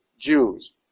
Jews